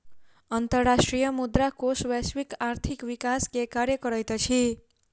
अंतर्राष्ट्रीय मुद्रा कोष वैश्विक आर्थिक विकास के कार्य करैत अछि